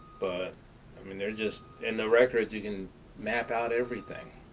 but i mean they're just in the records. you can map out everything.